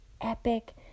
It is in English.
epic